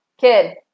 kid